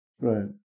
right